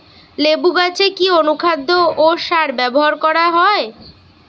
লেবু গাছে কি অনুখাদ্য ও সার ব্যবহার করা হয়?